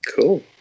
Cool